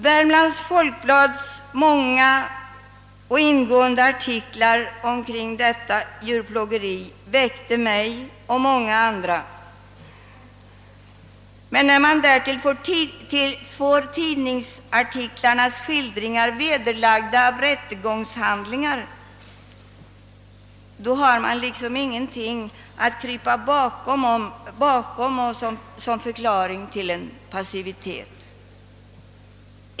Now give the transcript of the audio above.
Värmlands Folkblads ingående och upprepade artiklar om detta djurplågeri väckte mig och många andra, men när man därtill får tidningsartiklarnas skildringar vederlagda av rättegångshandlingar har man liksom ingenting att krypa bakom såsom förklaring till en passivitet.